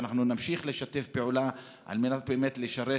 שאנחנו נמשיך לשתף פעולה על מנת באמת לשרת